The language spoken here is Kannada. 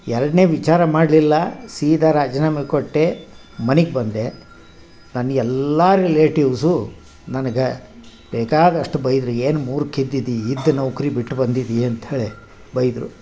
ಎರಡನೇ ವಿಚಾರ ಮಾಡಲಿಲ್ಲ ಸೀದಾ ರಾಜೀನಾಮೆ ಕೊಟ್ಟೆ ಮನಿಗೆ ಬಂದೆ ನನ್ನ ಎಲ್ಲ ರಿಲೇಟಿವ್ಸು ನನಗೆ ಬೇಕಾದಷ್ಟು ಬೈದರು ಏನು ಮೂರ್ಖ ಇದ್ದಿದ್ದಿ ಇದ್ದ ನೌಕರಿ ಬಿಟ್ಟು ಬಂದಿದ್ದಿ ಅಂತ ಹೇಳಿ ಬೈದರು